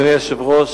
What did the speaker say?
אדוני היושב-ראש,